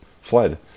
fled